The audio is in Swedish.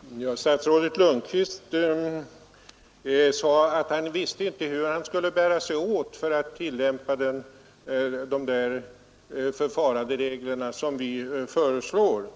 Herr talman! Statsrådet Lundkvist sade att han visste inte hur han skulle bära sig åt för att tillämpa de förfaranderegler som vi föreslår